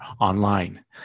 Online